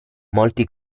molti